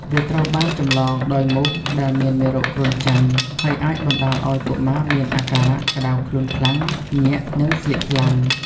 វាត្រូវបានចម្លងដោយមូសដែលមានមេរោគគ្រុនចាញ់ ហើយអាចបណ្តាលឱ្យកុមារមានអាការៈក្តៅខ្លួនខ្លាំង ញាក់ និងស្លេកស្លាំង។